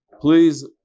please